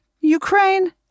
Ukraine